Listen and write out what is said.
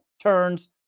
turns